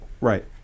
Right